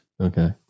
Okay